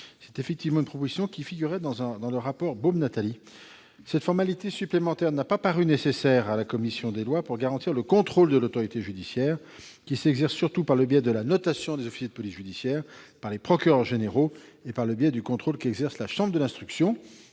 Cette proposition figurait dans le rapport Beaume-Natali. Cette formalité supplémentaire n'a pas paru nécessaire à la commission des lois pour garantir le contrôle de l'autorité judiciaire qui s'exerce surtout par le biais de la notation des OPJ par les procureurs généraux et du contrôle qu'exerce la chambre de l'instruction,